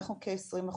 אנחנו בכ-20% פחות.